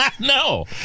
No